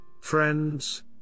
friends